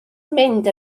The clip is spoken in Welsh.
mynd